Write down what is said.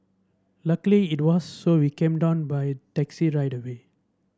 luckily it was so we came down by taxi right away